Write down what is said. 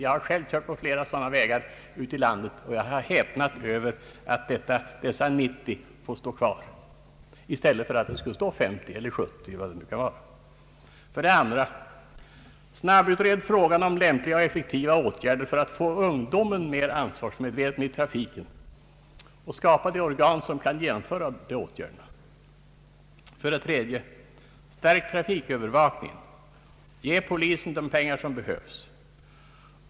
Jag har själv kört på flera sådana vägar, och jag har häpnat över att dessa 90-skyltar får stå kvar, i stället för att det skulle stå t.ex. 50 eller 70. 2. Snabbutred frågan om lämpliga och effektiva åtgärder för att få ung domen mer ansvarsmedveten i trafiken och skapa de organ som kan genomföra dessa åtgärder! 3. Stärk trafikövervakningen! Ge polisen de pengar som behövs!